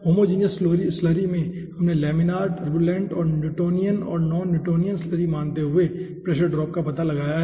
homogeneous slurry में हमने laminar turbulent और न्यूटोनियन और नॉन न्यूटोनियन स्लरी मानते हुए प्रेशर ड्रॉप का पता लगाया है